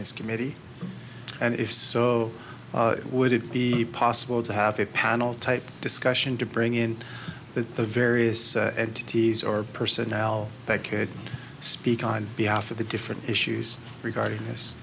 this committee and if so would it be possible to have a panel type discussion to bring in the various entities or personnel that could speak on behalf of the different issues regarding this